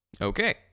Okay